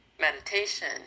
meditation